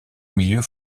milieux